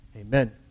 Amen